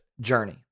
journey